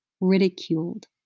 ridiculed